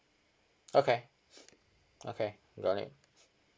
okay okay got it